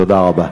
תודה רבה.